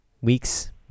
weeks